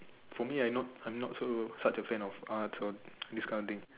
from here I not sure how to fan on on through this kind of thing